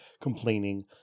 complaining